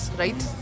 right